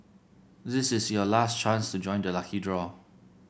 this is your last chance to join the lucky draw